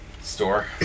store